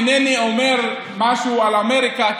אינני אומר משהו על אמריקה,